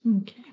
okay